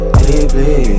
deeply